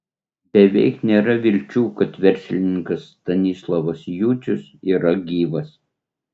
beveik nėra vilčių kad verslininkas stanislovas jucius yra gyvas